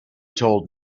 told